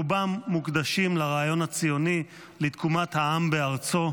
רובם מוקדשים לרעיון הציוני לתקומת העם בארצו,